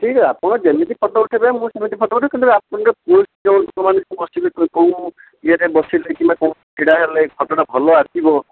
ଠିକ୍ ଆପଣ ଯେମିତି ଫୋଟୋ ଉଠେଇବେ ମୁଁ ସେମିତି ଫୋଟୋ ଉଠେଇବି କିନ୍ତୁ ଆପଣ ଯୋଉ ପୋଜ୍ ଯେଉଁ ଲୋକମାନେ ସବୁ କୋଉ ଇଏରେ ବସିଲେ କିମ୍ବା କେଉଁଠି ଛିଡ଼ା ହେଲେ ଫୋଟୋଟା ଭଲ ଆସିବ